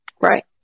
Right